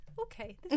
Okay